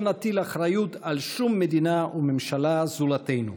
נטיל אחריות על שום מדינה וממשלה זולתנו,